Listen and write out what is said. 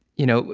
you know,